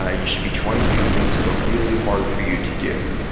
ah you should be trying to do things that are really hard for you to do,